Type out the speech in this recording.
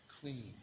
clean